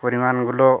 পরিমাণগুলো